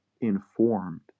informed